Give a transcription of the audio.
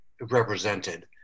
represented